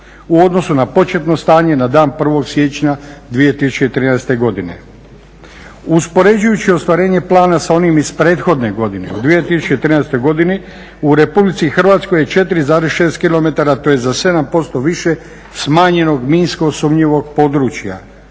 u odnosu na početno stanje na dan 01. siječnja 2013. godine. Uspoređujući ostvarenje plana s onim iz prethodne godine u 2013. godini u RH je 4,6 kilometara, to je za 7% više smanjenog minsko sumnjivog područja